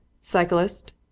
Cyclist